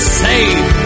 saved